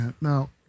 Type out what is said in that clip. Now